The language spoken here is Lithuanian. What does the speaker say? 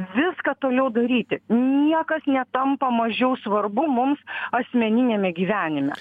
viską toliau daryti niekas netampa mažiau svarbu mums asmeniniame gyvenime